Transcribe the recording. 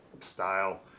style